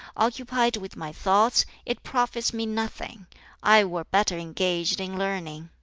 occupied with my thoughts, it profits me nothing i were better engaged in learning.